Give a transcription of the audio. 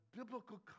biblical